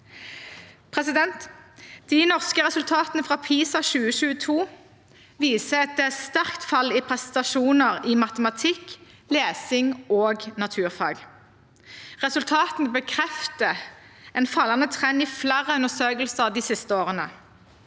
utgifter. De norske resultatene fra PISA 2022 viser et sterkt fall i prestasjoner i matematikk, lesing og naturfag. Resultatene bekrefter en fallende trend i flere undersøkelser de siste årene.